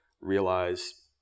realize